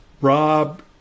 Rob